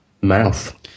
mouth